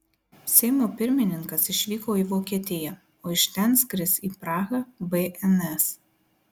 seimo pirmininkas išvyko į vokietiją o iš ten skris į prahą bns